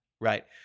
Right